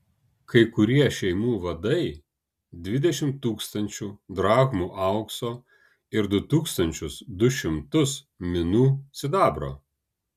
kai kurie šeimų vadai dvidešimt tūkstančių drachmų aukso ir du tūkstančius du šimtus minų sidabro